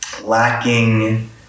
lacking